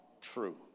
true